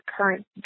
current